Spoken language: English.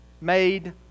made